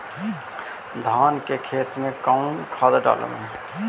धान के खेत में कौन खाद डालबै?